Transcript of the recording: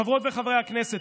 חברות וחברי הכנסת,